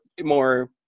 more